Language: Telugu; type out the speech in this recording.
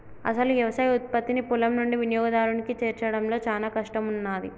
అసలు యవసాయ ఉత్పత్తిని పొలం నుండి వినియోగదారునికి చేర్చడంలో చానా కష్టం ఉన్నాది